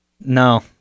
No